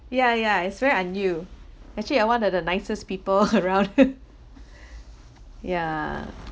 yeah yeah it's where I knew actually I want the the nicest people around yeah